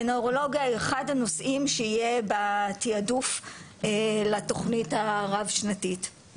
ונוירולוגיה היא אחד הנושאים שיהיה בתעדוף לתוכנית הרב-שנתית.